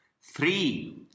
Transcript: Three